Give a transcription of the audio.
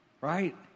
Right